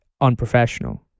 unprofessional